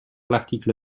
l’article